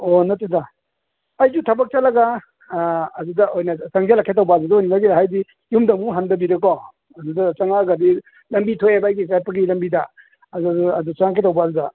ꯑꯣ ꯅꯠꯇꯦꯗ ꯑꯩꯁꯨ ꯊꯕꯛ ꯆꯠꯂꯒ ꯑꯗꯨꯗ ꯑꯣꯏꯅ ꯆꯪꯖꯔꯛꯀꯦ ꯇꯧꯕ ꯑꯗꯨꯗ ꯍꯥꯏꯗꯤ ꯌꯨꯝꯗ ꯑꯃꯨꯛ ꯍꯟꯗꯕꯤꯗꯀꯣ ꯑꯗꯨꯗ ꯆꯪꯉꯛꯑꯒꯗꯤ ꯂꯝꯕꯤ ꯊꯣꯛꯑꯦꯕ ꯑꯩꯒꯤ ꯆꯠꯄꯒꯤ ꯂꯝꯕꯤꯗ ꯑꯗꯨ ꯆꯪꯉꯛꯀꯦ ꯇꯧꯕ ꯑꯗꯨꯗ